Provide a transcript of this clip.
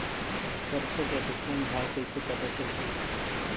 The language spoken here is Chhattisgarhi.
सरसो के अधिकतम भाव कइसे पता चलही?